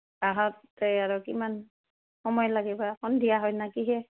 আৰু কিমান সময় লাগিব সন্ধিয়া হয় ন কি হে